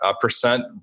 percent